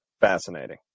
Fascinating